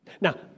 Now